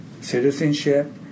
citizenship